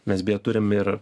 mes beje turim ir